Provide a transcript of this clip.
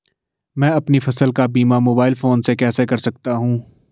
मैं अपनी फसल का बीमा मोबाइल फोन से कैसे कर सकता हूँ?